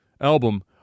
album